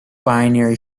binary